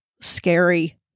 Scary